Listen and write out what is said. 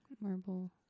Marble